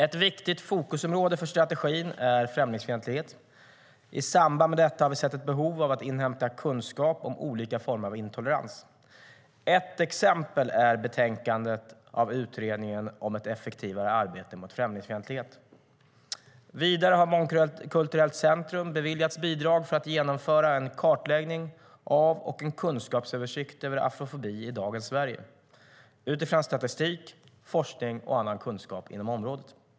Ett viktigt fokusområde för strategin är främlingsfientlighet. I samband med detta har vi sett ett behov av att inhämta kunskap om olika former av intolerans. Ett exempel är betänkandet av Utredningen om ett effektivare arbete mot främlingsfientlighet. Vidare har Mångkulturellt centrum beviljats bidrag för att genomföra en kartläggning av och en kunskapsöversikt över afrofobi i dagens Sverige utifrån statistik, forskning och annan kunskap inom området.